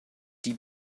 die